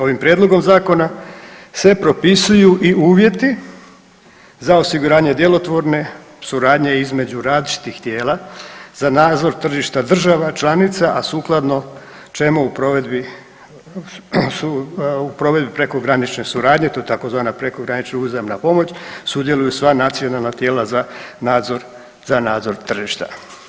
Ovim Prijedlogom zakona se propisuju i uvjeti za osiguranje djelotvorne suradnje između različitih tijela za nadzor tržišta država članica, a sukladno ćemo u provedbi prekogranične suradnje, to je tzv. prekogranična uzajamna pomoć, sudjeluju sva nacionalna tijela za nadzor tržišta.